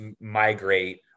migrate